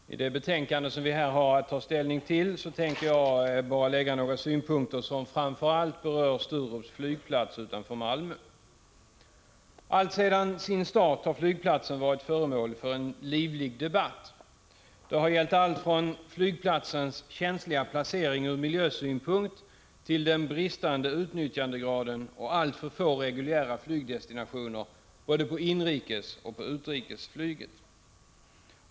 Herr talman! I anslutning till det betänkande som vi här har att ta ställning till tänker jag anlägga några synpunkter som framför allt berör Sturups flygplats utanför Malmö. Alltsedan sin start har flygplatsen varit föremål för en livlig debatt. Den har gällt allt från flygplatsens känsliga placering ur miljösynpunkt till den bristande utnyttjandegraden och alltför få reguljära flygdestinationer, både på inrikesoch på utrikesflyget.